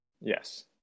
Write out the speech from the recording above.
yes